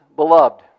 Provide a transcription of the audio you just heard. Beloved